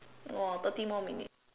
!wah! thirty more minutes